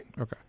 Okay